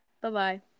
Bye-bye